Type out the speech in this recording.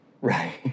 right